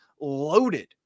loaded